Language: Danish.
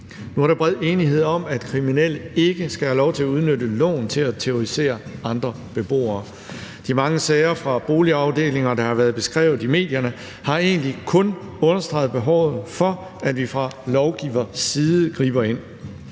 Nu er der bred enighed om, at kriminelle ikke skal have lov til at udnytte loven til at terrorisere andre beboere. De mange sager fra boligafdelinger, der har været beskrevet i medierne, har egentlig kun understreget behovet for, at vi fra lovgiverside griber ind.